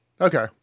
Okay